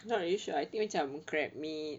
not really sure I think macam crab meat